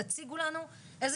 הסכמה לתרומת איברים,